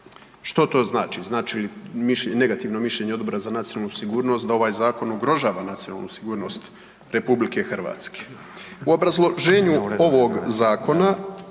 Što to znači? Znači li negativno mišljenje Odbora za nacionalnu sigurnost da ovaj zakon ugrožava nacionalnu sigurnost RH? U obrazloženju ovog zakona